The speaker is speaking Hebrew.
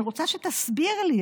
אני רוצה שתסביר לי.